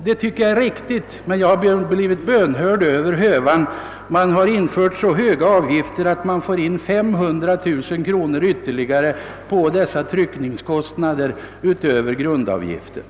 Det tycker jag är riktigt, men jag har blivit bönhörd över hövan: man har infört så höga avgifter att man får in ytterligare 500000 kronor på denna tryckning utöver grundavgiften.